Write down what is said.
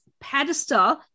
pedestal